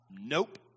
Nope